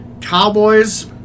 Cowboys